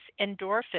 endorphins